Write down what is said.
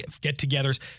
get-togethers